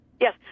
Yes